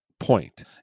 point